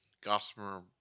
gossamer